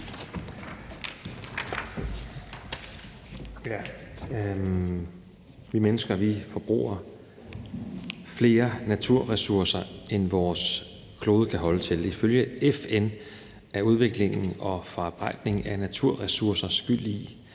Vi mennesker forbruger flere naturressourcer, end vores klode kan holde til. Ifølge FN er udviklingen og forarbejdningen af naturressourcer skyld i